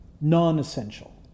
non-essential